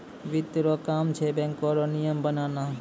वित्त रो काम छै बैको रो नियम बनाना